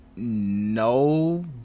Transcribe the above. no